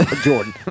Jordan